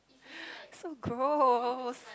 so gross